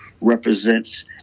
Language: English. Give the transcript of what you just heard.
represents